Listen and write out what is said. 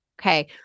Okay